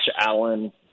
Allen –